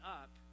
up